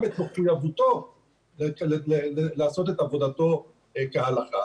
את מחויבותו לעשות את עבודתו כהלכה.